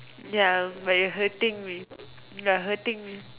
ya but you are hurting me you are hurting me